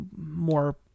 more